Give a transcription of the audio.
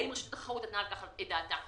האם רשות התחרות נתנה על כך את דעתה.